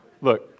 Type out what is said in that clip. look